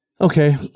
Okay